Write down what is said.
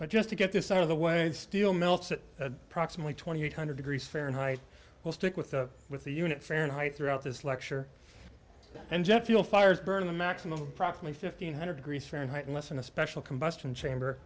but just to get this out of the way and still melts it approximately twenty eight hundred degrees fahrenheit will stick with the with the unit fahrenheit throughout this lecture and jet fuel fires burn the maximum properly fifteen hundred degrees fahrenheit unless in a special combustion chamber